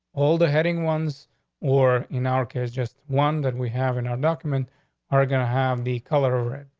all the heading ones were in our kids. just one that we have in our document are gonna have the color of red.